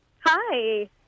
Hi